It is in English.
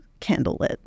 candlelit